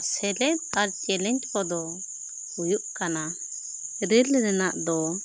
ᱥᱮᱞᱮᱫ ᱟᱨ ᱪᱮᱞᱮᱡᱽ ᱠᱚ ᱫᱚ ᱦᱩᱭᱩᱜ ᱠᱟᱱᱟ ᱨᱮᱹᱞ ᱨᱮᱱᱟᱜ ᱫᱚ